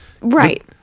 Right